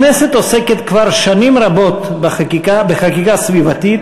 הכנסת עוסקת כבר שנים רבות בחקיקה סביבתית,